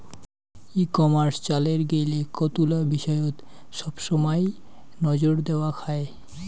ই commerce চালের গেইলে কতুলা বিষয়ত সবসমাই নজর দ্যাওয়া খায়